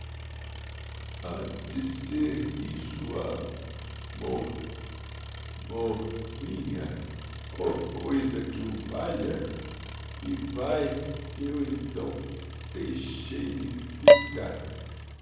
de ser isso a mo mo rrinha ou coisa que o valha e vae eu então deixei-me ficar